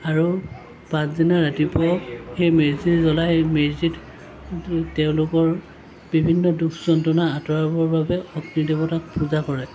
আৰু পাছদিনা ৰাতিপুৱাও সেই মেজি জ্ৱলাই মেজিত তেওঁলোকৰ বিভিন্ন দুখ যন্ত্ৰণা আঁতৰাবৰ বাবে অগ্নি দেৱতাক পূজা কৰে